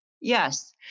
yes